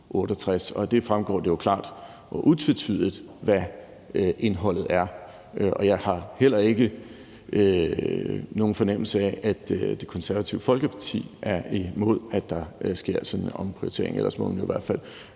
det fremgår det jo klart og utvetydigt, hvad indholdet er. Jeg har heller ikke nogen fornemmelse af, at Det Konservative Folkeparti er imod, at der sker sådan en omprioritering; ellers må man i hvert fald